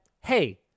hey